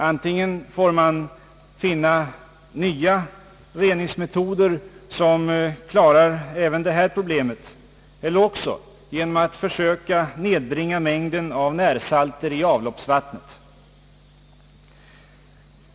Antingen får man finna nya reningsmetoder, som klarar även detta problem, eller också får man försöka nedbringa mängden närsalter i avloppsvattnet.